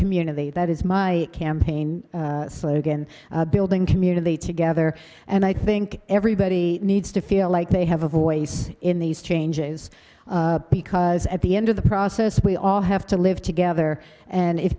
community that is my campaign slogan building community together and i think everybody needs to feel like they have a voice in these changes because at the end of the process we all have to live together and if